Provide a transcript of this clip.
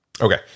Okay